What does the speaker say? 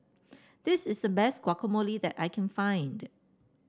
this is the best Guacamole that I can find